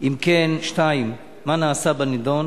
2. אם כן, מה נעשה בנדון?